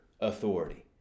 authority